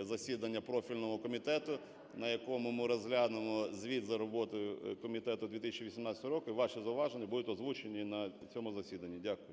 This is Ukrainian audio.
засідання профільного комітету, на якому ми розглянемо звіт за роботою комітету 2018 року і ваші зауваження будуть озвучені на цьому засіданні. Дякую.